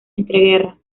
entreguerras